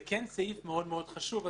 זה כן סעיף חשוב מאוד מאוד, אדוני,